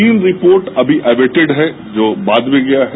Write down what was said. तीन रिपोर्ट अमी अवेटेड हैं जो बाद में गया है